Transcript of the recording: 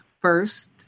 first